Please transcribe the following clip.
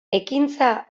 ekintza